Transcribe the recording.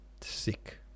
sick